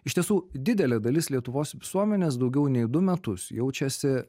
iš tiesų didelė dalis lietuvos visuomenės daugiau nei du metus jaučiasi